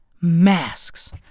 masks